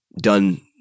done